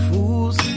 Fools